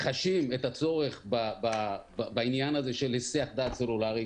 חשים את הצורך בעניין הזה של היסח דעת סלולארי,